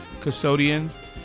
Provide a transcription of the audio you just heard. custodians